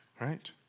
right